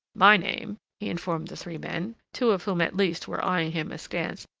my name, he informed the three men, two of whom at least were eyeing him askance,